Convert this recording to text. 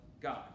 God